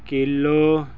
kilo